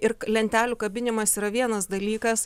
ir lentelių kabinimas yra vienas dalykas